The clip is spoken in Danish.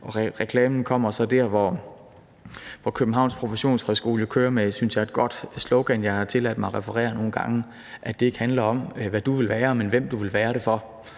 Reklamen kommer så her, for Københavns Professionshøjskole kører med, synes jeg, et godt slogan, som jeg har tilladt mig at referere nogle gange: at det ikke handler om, hvad du vil være, men hvem du vil være det for.